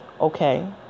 okay